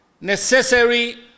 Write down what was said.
necessary